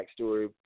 backstory